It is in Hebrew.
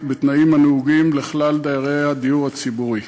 בתנאים הנהוגים לכלל דיירי הדיור הציבורי.